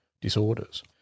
disorders